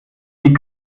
die